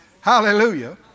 Hallelujah